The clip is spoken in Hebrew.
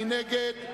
מי נגד?